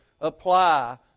apply